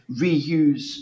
reuse